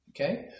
Okay